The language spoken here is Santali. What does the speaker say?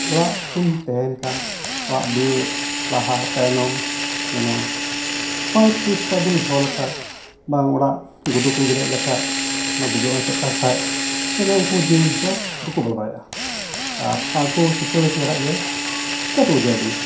ᱚᱲᱟᱜ ᱵᱚᱱ ᱛᱮᱦᱮᱱ ᱠᱷᱟᱱ ᱚᱲᱟᱜ ᱫᱩᱣᱟᱹᱨ ᱞᱟᱦᱟ ᱛᱟᱭᱱᱚᱢ ᱡᱮᱱᱚ ᱱᱟᱯᱟᱭ ᱯᱨᱤᱥᱠᱟᱨ ᱵᱚᱱ ᱫᱚᱦᱚ ᱞᱮᱠᱷᱟᱡ ᱵᱟᱝ ᱚᱲᱟᱜ ᱜᱩᱰᱩ ᱠᱚ ᱜᱮᱞᱮᱡ ᱞᱮᱠᱷᱟᱡ ᱚᱱᱟ ᱵᱷᱩᱜᱟᱹᱜ ᱵᱚᱱ ᱮᱥᱮᱫ ᱠᱟᱜ ᱠᱷᱟᱡ ᱛᱟᱞᱚᱦᱮ ᱩᱝᱠᱩ ᱡᱤᱱᱤᱥ ᱫᱚ ᱵᱟᱠᱚ ᱵᱚᱞᱚ ᱫᱟᱲᱮᱭᱟᱜᱼᱟ ᱟᱨ ᱚᱱᱟ ᱠᱚ ᱯᱚᱨᱤᱥᱠᱟᱨ ᱞᱮᱠᱷᱟᱡ ᱜᱮ ᱪᱮᱠᱟᱛᱮᱠᱚ ᱜᱮᱨ ᱵᱚᱱᱟ